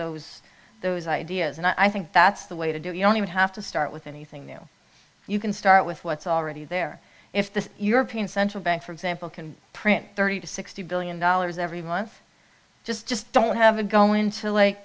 those those ideas and i think that's the way to do it you don't even have to start with anything new you can start with what's already there if the european central bank for example can print thirty dollars to sixty billion dollars every month just just don't have a go into like